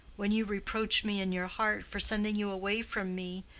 when you reproach me in your heart for sending you away from me,